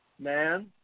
Man